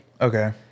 Okay